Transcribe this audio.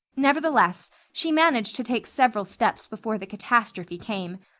nevertheless, she managed to take several steps before the catastrophe came.